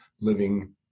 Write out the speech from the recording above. living